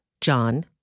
John